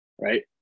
right